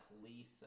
police